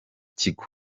kigo